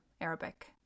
Arabic